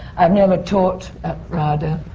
i've never taught at rada.